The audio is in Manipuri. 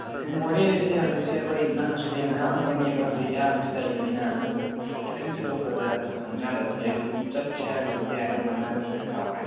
ꯑꯗꯨ ꯃꯣꯔꯦꯁꯦ ꯍꯧꯖꯤꯛꯁꯦ ꯍꯣꯏ ꯅꯪꯅꯁꯨ ꯍꯦꯟꯅ ꯈꯪꯉꯝꯒꯅꯤ ꯑꯗꯣ ꯍꯧꯖꯤꯛ ꯏꯔꯥꯡꯁꯦ ꯂꯩꯕꯅꯤꯅ ꯑꯗꯨ ꯈꯤꯇꯪ ꯆꯠꯊꯣꯛꯄꯗ ꯈꯨꯗꯣꯡꯆꯥꯗꯕꯁꯨ ꯂꯩ ꯑꯗꯨ ꯆꯠꯁꯦ ꯍꯥꯏꯔꯒꯕꯨꯗꯤ ꯌꯥꯏ ꯑꯗꯨ ꯚꯥꯔꯥꯗꯤ ꯈꯔ ꯆꯥꯎꯔꯦ